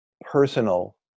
personal